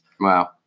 Wow